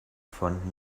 von